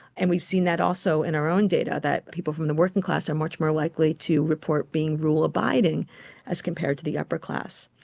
and we've seen that also in our own data, that people from the working class are much more likely to report being rule abiding as compared to the upper class.